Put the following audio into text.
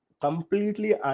completely